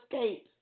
escape